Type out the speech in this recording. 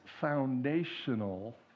foundational